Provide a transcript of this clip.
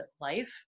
life